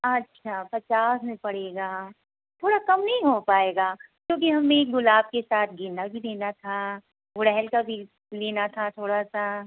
अच्छा पचास में पड़ेगा थोड़ा कम नहीं हो पाएगा क्योंकि हमें गुलाब के साथ गेंदा भी लेना था गुड़हल का भी लेना था थोड़ा सा